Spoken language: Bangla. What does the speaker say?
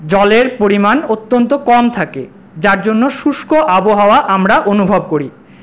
জলের পরিমাণ অত্যন্ত কম থাকে যার জন্য শুষ্ক আবহাওয়া আমরা অনুভব করি